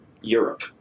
Europe